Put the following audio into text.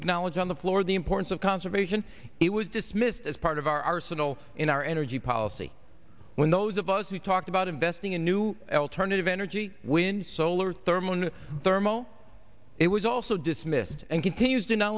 acknowledge on the floor the importance of conservation it was dismissed as part of our arsenal in our energy policy when those of us we talked about investing in new elk hernot of energy wind solar thermal and thermal it was also dismissed and continues to not